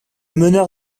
meneur